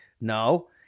No